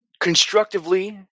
constructively